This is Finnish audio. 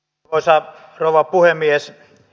arvoisa rouva puhemies